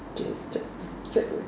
China China China